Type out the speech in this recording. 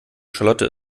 charlotte